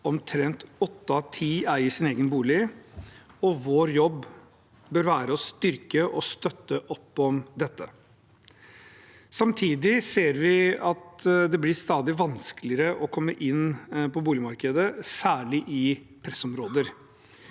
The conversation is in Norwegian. Omtrent åtte av ti eier sin egen bolig, og vår jobb bør være å styrke og støtte opp om dette. Samtidig ser vi at det blir stadig vanskeligere å komme inn på boligmarkedet, særlig i pressområder.